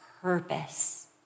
purpose